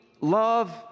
love